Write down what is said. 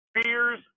fears